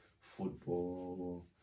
football